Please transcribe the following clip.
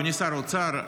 אדוני שר האוצר,